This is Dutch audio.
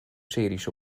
series